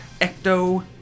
Ecto